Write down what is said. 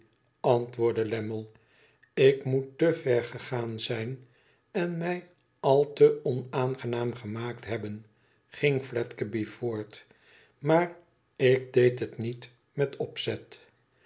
antwoordde lammie ik moet te ver gegaan zijn en mij al te onaangenaam gemaakt hebben ging fledgeby voort tmaar ik deed het niet met opzet